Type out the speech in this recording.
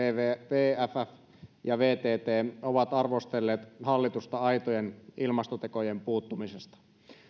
wwf ja vtt ovat arvostelleet hallitusta aitojen ilmastotekojen puuttumisesta